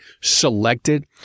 selected